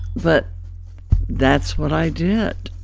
but that's what i did